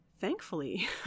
thankfully